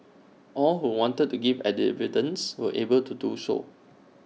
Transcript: all who wanted to give were able to do so